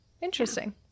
Interesting